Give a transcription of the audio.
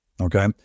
Okay